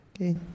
Okay